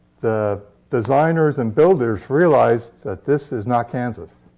the designers and builders realized that this is not kansas.